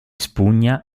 spugna